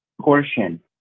portion